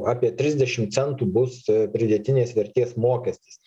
apie trisdešim centų bus pridėtinės vertės mokestis